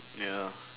ya